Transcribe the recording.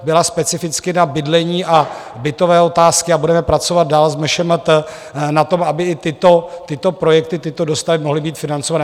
Byla specificky na bydlení a bytové otázky a budeme pracovat dál s MŠMT na tom, aby i tyto projekty, tyto dostavby mohly být financované.